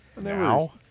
Now